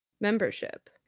membership